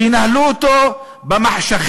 שינהלו אותו במחשכים,